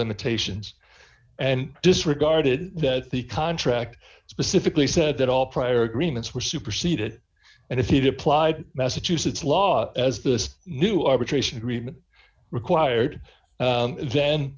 limitations and disregarded that the contract specifically said that all prior agreements were superseded and if he'd applied massachusetts law as this new arbitration agreement required then